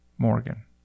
morgan